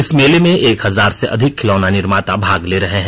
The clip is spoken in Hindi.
इस मेले में एक हजार से अधिक खिलौना निर्माता भाग ले रहे हैं